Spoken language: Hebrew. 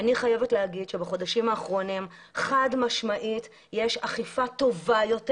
ואני חייבת להגיד שבחודשים האחרונים יש חד-משמעית אכיפה טובה יותר,